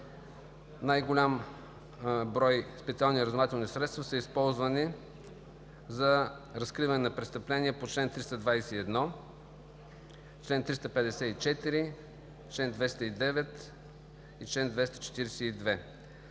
най-голям брой специални разузнавателни средства са използвани за разкриване на престъпления по чл. 321, чл. 354, чл. 209 и чл. 242.